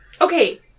Okay